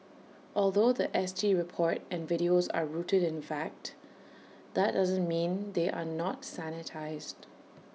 although The S T report and videos are rooted in fact that doesn't mean they are not sanitised